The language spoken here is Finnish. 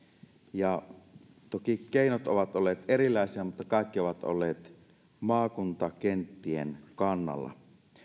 ja toki keinot ovat olleet erilaisia mutta kaikki ovat olleet maakuntakenttien kannalla